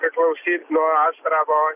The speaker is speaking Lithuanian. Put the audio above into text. priklausys nuo astravo